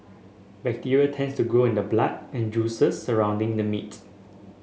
bacteria tends to grow in the blood and juices surrounding the meat